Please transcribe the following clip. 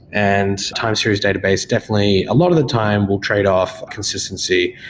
and time series database definitely, a lot of the time, will tradeoff consistency,